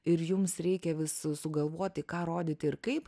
ir jums reikia vis su sugalvoti ką rodyt ir kaip